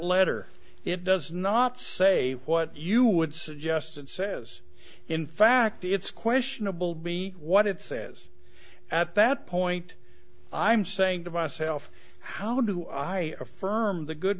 letter it does not say what you would suggest it says in fact it's questionable be what it says at that point i'm saying to myself how do i affirm the good